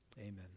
Amen